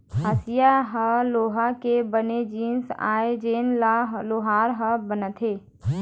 हँसिया ह लोहा के बने जिनिस आय जेन ल लोहार ह बनाथे